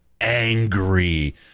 angry